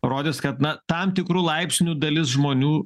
rodys kad na tam tikru laipsniu dalis žmonių